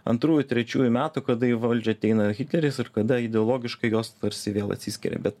antrųjų trečiųjų metų kada į valdžią ateina hitleris ir kada ideologiškai jos tarsi vėl atsiskiria bet